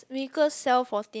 miracle cell fourteen